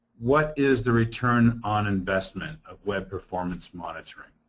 what is the return on investment of web performance monitoring?